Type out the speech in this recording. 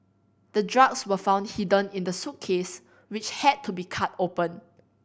the drugs were found hidden in the suitcase which had to be cut open